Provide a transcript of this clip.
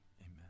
Amen